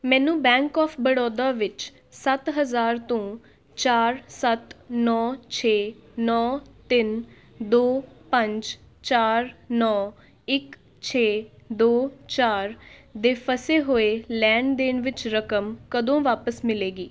ਮੈਨੂੰ bank of Baroda ਵਿੱਚ ਸੱਤ ਹਜ਼ਾਰ ਤੋਂ ਚਾਰ ਸੱਤ ਨੌ ਛੇ ਨੌ ਤਿੰਨ ਦੋ ਪੰਜ ਚਾਰ ਨੌ ਇੱਕ ਛੇ ਦੋ ਚਾਰ ਦੇ ਫਸੇ ਹੋਏ ਲੈਣ ਦੇਣ ਵਿੱਚ ਰਕਮ ਕਦੋਂ ਵਾਪਸ ਮਿਲੇਗੀ